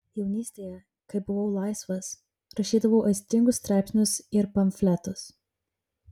jaunystėje kai buvau laisvas rašydavau aistringus straipsnius ir pamfletus